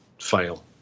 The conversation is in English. fail